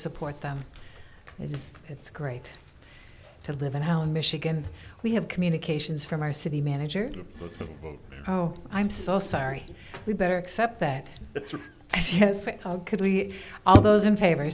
support them it's it's great to live in allen michigan we have communications from our city manager oh i'm so sorry we better except that how could we all those in favor